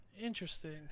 Interesting